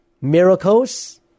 miracles